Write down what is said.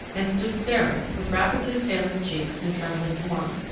and stood staring, with rapidly paling cheeks and trembling form.